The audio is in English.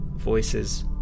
Voices